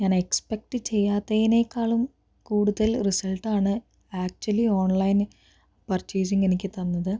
ഞാൻ എക്സ്പെക്റ്റ് ചെയ്യാത്തതിനേക്കാളും കൂടുതൽ റിസൾട്ടാണ് ആക്ച്വലി ഓൺലൈൻ പർച്ചേസിങ് എനിക്ക് തന്നത്